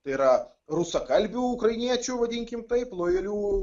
tai yra rusakalbių ukrainiečių vadinkime taip lojalių